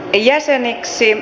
jäseneksi